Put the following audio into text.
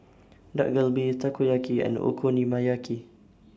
Dak Galbi Takoyaki and Okonomiyaki